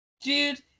Dude